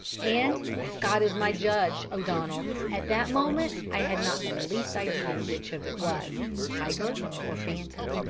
and, as god is my judge, o'donnell, at that moment i had not the least idea which of it was tiger or phantom.